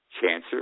cancer